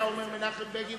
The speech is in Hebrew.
היה אומר מנחם בגין,